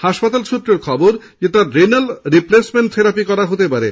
হাসপাতাল সূত্রে জানা গেছে রেনাল রিপ্লেসমেন্ট থেরাপি করা হতে পারে